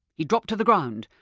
he dropped to the ground,